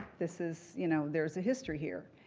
this is, you know, there's a history here.